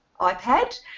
iPad